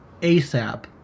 ASAP